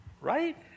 Right